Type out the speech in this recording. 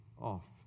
off